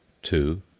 two,